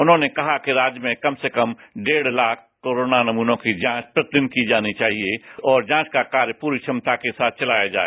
उन्हॉने कहा कि राज्य में कम से कम डेद ताख कोरोना नमूनों की जांच प्रतिदिन की जानी चाहिए और जांच का कार्य पूरी क्षमता के साथ चलाया जाए